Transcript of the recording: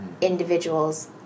individuals